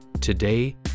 Today